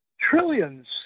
trillions